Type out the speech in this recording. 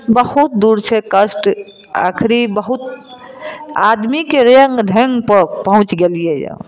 बहुत दूर छै कष्ट आखरी बहुत आदमीके रङ्ग ढङ्ग पर पहुँच गेलियै यऽ